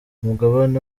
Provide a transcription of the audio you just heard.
umugabane